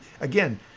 again